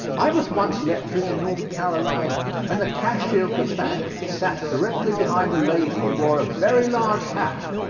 i was once lecturing in north carolina, and the cashier of the bank sat directly behind a lady who wore a very large hat.